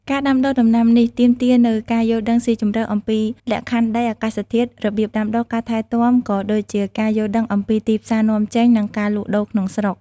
ការដាំដុះដំណាំនេះទាមទារនូវការយល់ដឹងស៊ីជម្រៅអំពីលក្ខខណ្ឌដី អាកាសធាតុ របៀបដាំដុះ ការថែទាំ ក៏ដូចជាការយល់ដឹងអំពីទីផ្សារនាំចេញ និងការលក់ដូរក្នុងស្រុក។